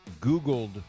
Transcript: Googled